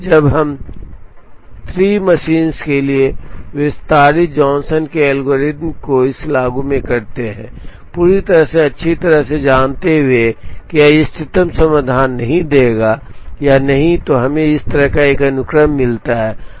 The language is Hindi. इसलिए जब हम 3 मशीन के लिए विस्तारित जॉनसन के एल्गोरिथ्म को इस में लागू करते हैं पूरी तरह से अच्छी तरह से जानते हुए कि यह इष्टतम समाधान नहीं देगा या नहीं तो हमें इस तरह एक अनुक्रम मिलता है